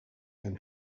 and